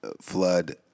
Flood